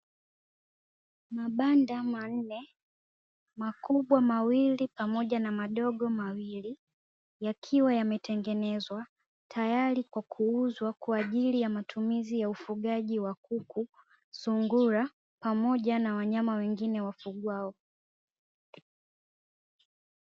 Mabanda manne makubwa mawili pamoja na madogo mawili, yakiwa yametengenezwa tayari kwa kuuzwa kwaajili ya matumizi ya ufugaji wa kuku, sungura, pamoja na wanyama wengine wafugwao.